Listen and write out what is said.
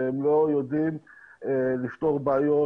והם לא יודעים לפתור בעיות,